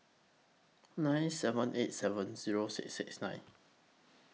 nine seven eight seven Zero six six nine